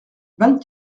vingt